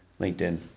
LinkedIn